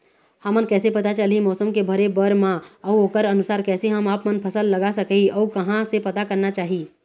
हमन कैसे पता चलही मौसम के भरे बर मा अउ ओकर अनुसार कैसे हम आपमन फसल लगा सकही अउ कहां से पता करना चाही?